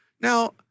Now